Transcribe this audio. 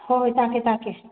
ꯍꯣ ꯍꯣꯏ ꯇꯥꯛꯀꯦ ꯇꯥꯛꯀꯦ